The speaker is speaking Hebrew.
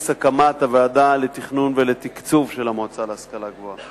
הקמת הוועדה לתכנון ולתקצוב של המועצה להשכלה גבוהה.